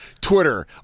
Twitter